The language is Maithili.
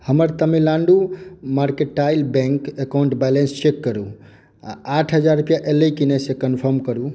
हमर Tamilnad mercantile bank account balance check करू आ आठ हजार रूपैआ अयले कि नहि से कनफर्म करू